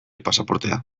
pasaportea